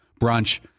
brunch